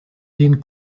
den